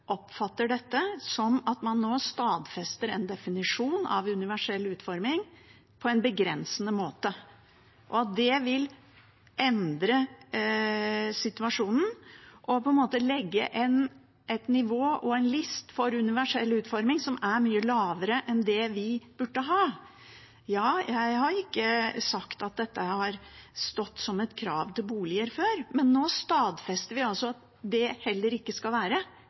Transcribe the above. oppfatter det som at man nå stadfester en definisjon av universell utforming på en begrensende måte, og at det vil endre situasjonen og på en måte legge et nivå og en list for universell utforming som er mye lavere enn det vi burde ha. Jeg har ikke sagt at dette har stått som et krav til boliger før, men nå stadfester vi at det heller ikke i framtida skal være